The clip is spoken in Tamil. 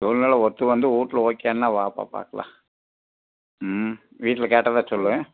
சூழ்நெலை ஒத்து வந்து வீட்ல ஓகேன்னால் வாப்பா பார்க்கலாம் ம் வீட்டில் கேட்டதாக சொல்லு